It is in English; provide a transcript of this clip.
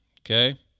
Okay